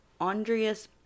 Andreas